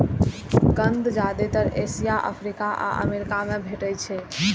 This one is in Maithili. कंद जादेतर एशिया, अफ्रीका आ अमेरिका मे भेटैत छैक